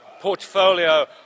portfolio